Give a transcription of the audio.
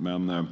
Men